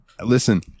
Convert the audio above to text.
Listen